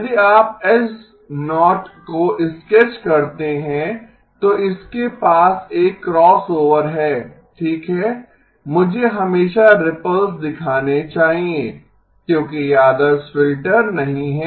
यदि आप H0 को स्केच करते हैं तो इसके पास एक क्रॉसओवर है ठीक है मुझे हमेशा रिपल्स दिखाने चाहिए क्योंकि ये आदर्श फ़िल्टर नहीं हैं